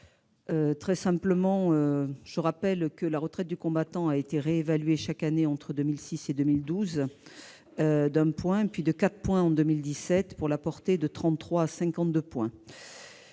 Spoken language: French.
pas favorable. Je rappelle que la retraite du combattant a été réévaluée chaque année entre 2006 et 2012 de 1 point, puis de 4 points en 2017. Elle a été portée de 33 à 52 points.